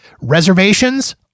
Reservations